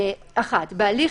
"(1)בהליך"